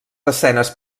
escenes